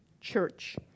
church